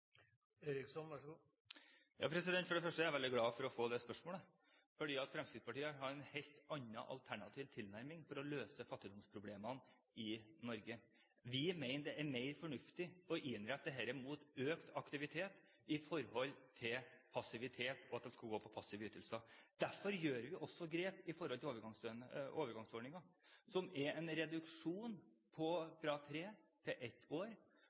For det første er jeg veldig glad for å få det spørsmålet, for Fremskrittspartiet har en helt annen, alternativ, tilnærming for å løse fattigdomsproblemene i Norge. Vi mener det er mer fornuftig å innrette dette mot økt aktivitet enn passivitet, og at folk skal gå på passive ytelser. Derfor gjør vi også grep når det gjelder overgangsordningen, som innebærer en reduksjon fra tre til ett år.